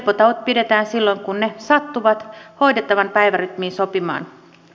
lepotauot pidetään silloin kun ne sattuvat hoidettavan päivärytmiin sopimaan